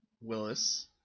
Willis